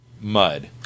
Mud